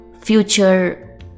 future